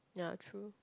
ya true